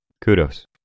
Kudos